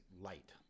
light